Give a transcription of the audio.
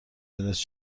دونست